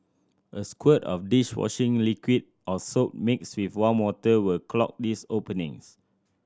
a squirt of dish washing liquid or soap mixed with warm water will clog these openings